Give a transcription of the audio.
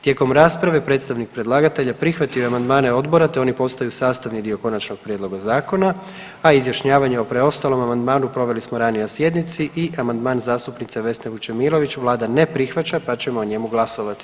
Tijekom rasprave predstavnik predlagatelja prihvatio je amandmane odbora, te oni postaju sastavni dio Konačnog prijedloga zakona, a izjašnjavanje o preostalom amandmanu proveli smo ranije na sjednici i amandman zastupnice Vesne Vučemilović vlada ne prihvaća, pa ćemo o njemu glasovati.